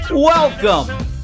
Welcome